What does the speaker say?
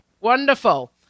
Wonderful